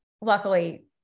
luckily